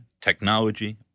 Technology